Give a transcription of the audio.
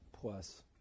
plus